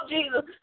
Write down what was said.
Jesus